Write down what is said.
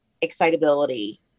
excitability